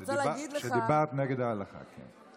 אני רוצה להגיד לך, דיברת נגד ההלכה, כן.